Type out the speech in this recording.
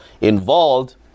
involved